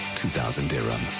two thousand dirham